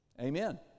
Amen